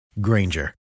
Granger